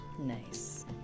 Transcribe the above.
Nice